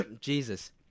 Jesus